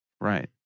right